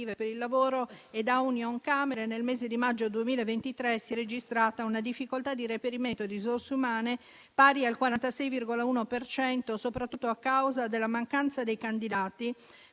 per il lavoro e da Unioncamere, nel mese di maggio 2023 si è registrata una difficoltà di reperimento di risorse umane pari al 46,1 per cento, soprattutto a causa della mancanza dei candidati,